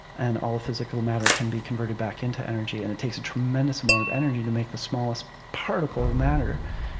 and all physical matter can be converted back into energy, and it takes a tremendous amount of energy to make the smallest particle of matter.